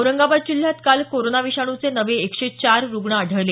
औरंगाबाद जिल्ह्यात काल कोरोना विषाणूचे नवे एकशे चार रुग्ण आढळले